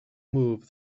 move